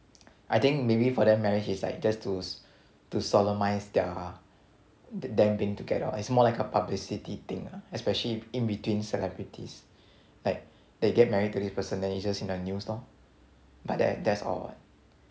I think maybe for them marriage is like just tools to solemnise their them being together is more like a publicity thing ah especially in between celebrities like they get married to this person then it's just in like news lor